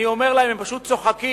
אני אומר להם, הם פשוט צוחקים